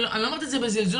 אני לא אומרת את זה בזלזול,